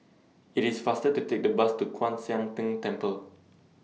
IT IS faster to Take The Bus to Kwan Siang Tng Temple